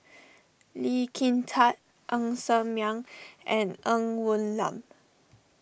Lee Kin Tat Ng Ser Miang and Ng Woon Lam